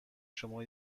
شما